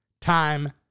time